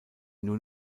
nur